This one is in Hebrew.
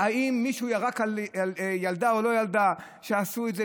האם מישהו ירק על ילדה, או לא ילדה, שעשו את זה,